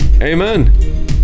Amen